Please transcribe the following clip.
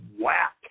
whack